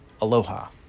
Aloha